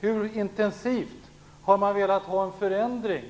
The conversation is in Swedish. Hur intensivt har man arbetat för en förändring